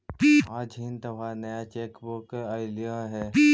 आज हिन् तोहार नया चेक बुक अयीलो हे